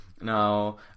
Now